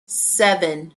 seven